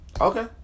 Okay